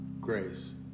grace